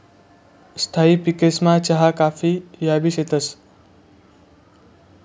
स्थायी पिकेसमा चहा काफी याबी येतंस